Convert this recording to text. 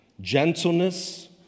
gentleness